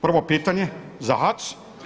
Prvo pitanje za HAC.